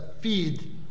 feed